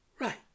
Right